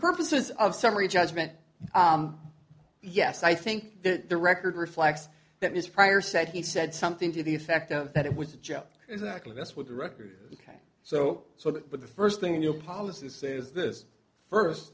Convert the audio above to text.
purposes of summary judgment yes i think that the record reflects that mr pryor said he said something to the effect of that it was a joke exactly that's what the record ok so so that but the first thing in your policy it says this first